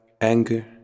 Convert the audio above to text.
anger